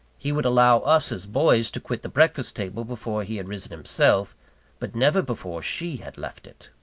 he would allow us, as boys, to quit the breakfast-table before he had risen himself but never before she had left it.